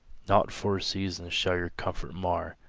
naught, for a season, shall your comfort mar,